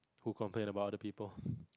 who complain about other people